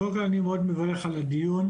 קודם כל, אני מאוד מברך על הדיון.